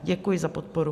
Děkuji za podporu.